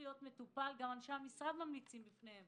גם אנשי המשרד ממליצים בפניהם